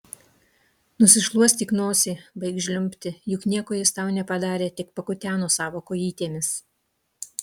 nusišluostyk nosį baik žliumbti juk nieko jis tau nepadarė tik pakuteno savo kojytėmis